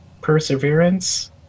Perseverance